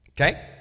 okay